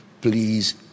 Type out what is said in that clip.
please